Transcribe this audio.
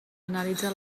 analitza